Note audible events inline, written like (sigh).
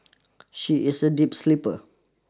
(noise) she is a deep sleeper